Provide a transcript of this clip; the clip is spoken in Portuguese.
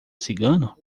cigano